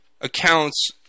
accounts